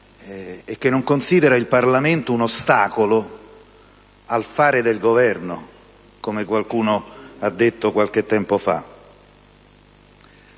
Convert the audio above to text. e che non lo considera un ostacolo al fare del Governo, come qualcuno ha detto qualche tempo fa.